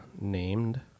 named